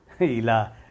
ila